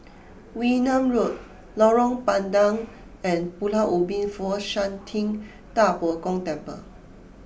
Wee Nam Road Lorong Bandang and Pulau Ubin Fo Shan Ting Da Bo Gong Temple